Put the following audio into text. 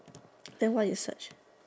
then what you search